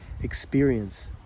experience